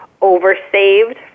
oversaved